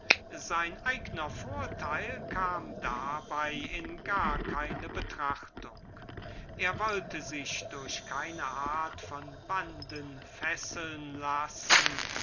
sein eigner vorteil kam dabei in gar keine betrachtung dieser punkt lag durch aus zum grunde seines ganzen systems er wollte sich durch keine art von banden fesseln lassen